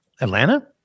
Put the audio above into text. Atlanta